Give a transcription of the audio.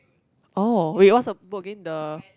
oh wait what's the book again the